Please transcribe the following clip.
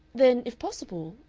then, if possible,